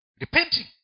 repenting